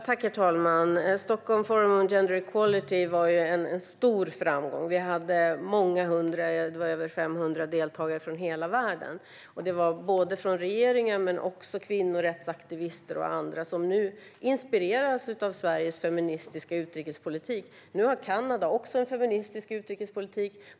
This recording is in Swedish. Herr talman! Stockholm Forum on Gender Equality var en stor framgång, med över 500 deltagare från hela världen. Det fanns deltagare från regeringen men också kvinnorättsaktivister och andra som nu inspireras av Sveriges feministiska utrikespolitik. Nu har även Kanada en feministisk utrikespolitik.